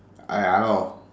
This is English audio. hi hello